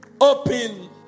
Open